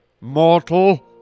mortal